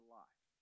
life